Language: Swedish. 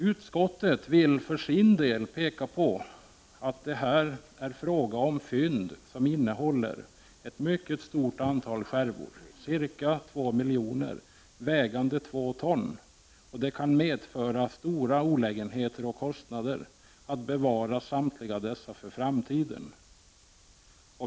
Utskottet vill för sin del peka på att det här är fråga om fynd som innehåller ett mycket stort antal skärvor, ca 2 miljoner vägande 2 ton. Och det kan medföra stora olägenheter och kostnader att bevara samtliga dessa för framtiden.